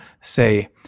say